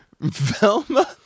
Velma